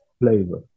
flavor